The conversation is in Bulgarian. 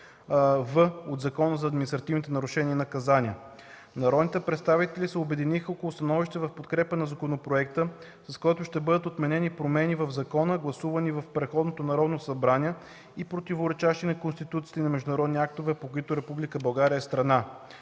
„в” от Закона за административните нарушения и наказания. Народните представители се обединиха около становище в подкрепа на законопроекта, с който ще бъдат отменени промени в закона, гласувани в предходното Народно събрание и противоречащи на Конституцията и на международни актове, по които Република